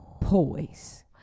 Poise